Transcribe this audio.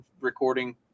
recording